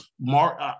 Mark